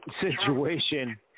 situation